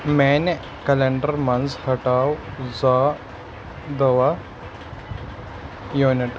میانِہ کلینڈر منٛز ہٹاو زا دواہ یوٗنِٹ